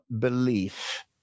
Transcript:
belief